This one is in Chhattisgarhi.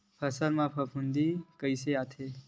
फसल मा फफूंद कइसे आथे?